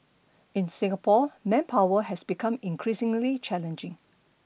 in Singapore manpower has become increasingly challenging